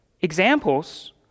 examples